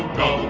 go